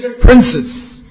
princes